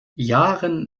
yaren